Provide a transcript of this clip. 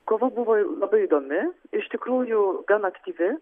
kova buvo labai įdomi iš tikrųjų gan aktyvi